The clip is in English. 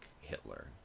Hitler